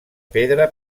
pedra